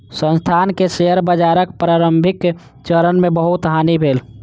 संस्थान के शेयर बाजारक प्रारंभिक चरण मे बहुत हानि भेल